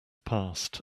passed